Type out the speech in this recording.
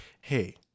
hey